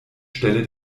stelle